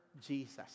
Jesus